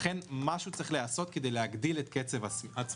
לכן משהו צריך להיעשות כדי להגדיל את קצב הצמיחה,